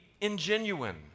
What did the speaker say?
ingenuine